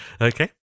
Okay